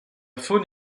faune